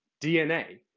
DNA